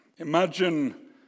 Imagine